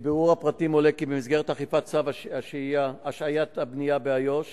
1. מבירור הפרטים עולה כי במסגרת אכיפת צו השהיית הבנייה באיו"ש